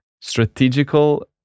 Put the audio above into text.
strategical